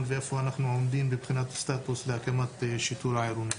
ואיפה אנחנו עומדים מבחינת סטטוס להקמת השיטור העירוני.